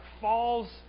falls